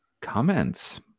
comments